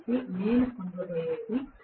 కాబట్టి నేను పొందబోయేది